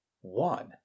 one